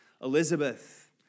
Elizabeth